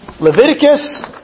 Leviticus